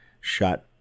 shot